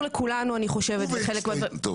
ובהצטיינות.